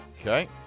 Okay